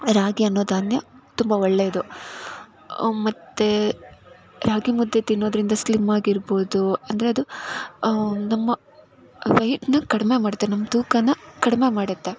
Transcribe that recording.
ರಾಗಿ ಅನ್ನೋ ಧಾನ್ಯ ತುಂಬ ಒಳ್ಳೆಯದು ಮತ್ತು ರಾಗಿಮುದ್ದೆ ತಿನ್ನೋದರಿಂದ ಸ್ಲಿಮ್ಮಾಗಿರ್ಬೋದು ಅಂದರೆ ಅದು ನಮ್ಮ ವೇಟ್ನ ಕಡಿಮೆ ಮಾಡುತ್ತೆ ನಮ್ಮ ತೂಕನ ಕಡಿಮೆ ಮಾಡುತ್ತೆ